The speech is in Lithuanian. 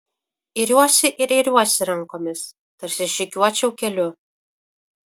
iriuosi ir iriuosi rankomis tarsi žygiuočiau keliu